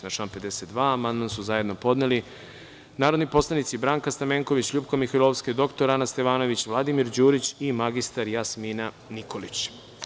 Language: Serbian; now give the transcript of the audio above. Na član 52. amandman su zajedno podneli narodni poslanici Branka Stamenković, LJupka Mihajlovska, dr Ana Stevanović, Vladimir Đurić i mr Jasmina Nikolić.